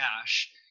cash